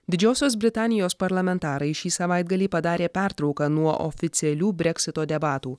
didžiosios britanijos parlamentarai šį savaitgalį padarė pertrauką nuo oficialių breksito debatų